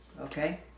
Okay